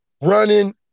running